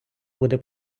буде